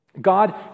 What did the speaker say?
God